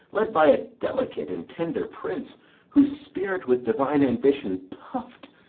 led by a delicate and tender prince whose spirit, with divine ambition puff'd,